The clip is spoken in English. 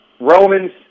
Romans